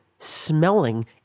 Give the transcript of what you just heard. smelling